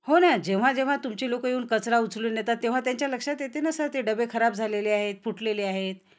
हो ना जेव्हा जेव्हा तुमची लोकं येऊ कचरा उचलून नेतात तेव्हा त्यांच्या लक्षात येते ना सर ते डब्बे खराब झालेले आहेत फुटलेले आहेत